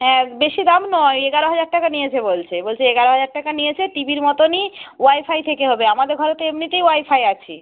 হ্যাঁ বেশি দাম নয় এগারো হাজার টাকা নিয়েছে বলছে বলছে এগারো হাজার টাকা নিয়েছে টি ভির মতনই ওয়াইফাই থেকে হবে আমাদের ঘরে তো এমনিতেই ওয়াইফাই আছে